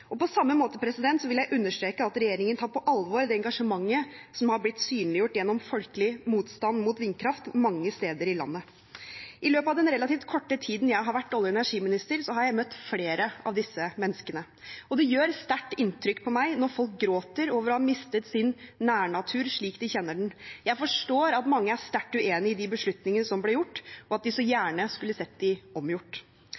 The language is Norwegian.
beslutninger. På samme måte vil jeg understreke at regjeringen tar på alvor det engasjementet som har blitt synliggjort gjennom folkelig motstand mot vindkraft mange steder i landet. I løpet av den relativt korte tiden jeg har vært olje- og energiminister, har jeg møtt flere av disse menneskene, og det gjør sterkt inntrykk på meg når folk gråter over å ha mistet sin nærnatur slik de kjenner den. Jeg forstår at mange er sterkt uenig i de beslutningene som ble gjort, og at de